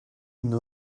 une